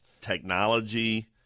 technology